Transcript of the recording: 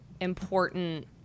important